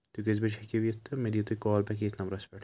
تُہۍ کٔژۍ بَجہِ ہیٚکِو یِتھ تہٕ مےٚ دِیِو تُہۍ کال بیک یٔتھۍ نمبَرَس پٮ۪ٹھ